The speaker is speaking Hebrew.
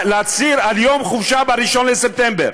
להצהיר על יום חופשה ב-1 לספטמבר.